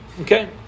Okay